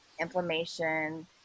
inflammation